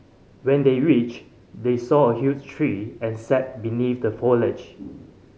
when they reached they saw a huge tree and sat beneath the foliage